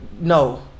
no